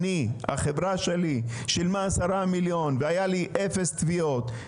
החברה שלי שילמה 10 מיליון והיה לי אפס תביעות,